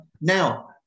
Now